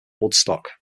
woodstock